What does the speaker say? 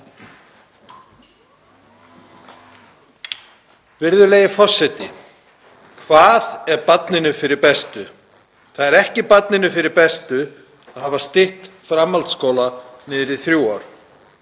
Virðulegi forseti. Hvað er barninu fyrir bestu? Það er ekki barninu fyrir bestu að hafa stytt framhaldsskólann niður í þrjú ár.